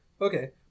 Okay